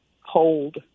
hold